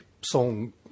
song